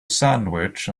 sandwich